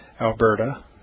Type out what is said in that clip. Alberta